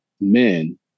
men